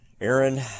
Aaron